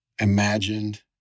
imagined